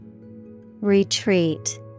Retreat